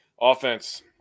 Offense